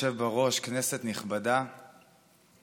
חבר כנסת שטרם הצביע ומבקש